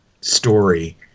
story